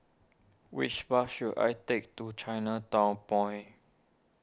which bus should I take to Chinatown Point